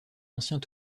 anciens